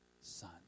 Son